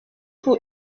pour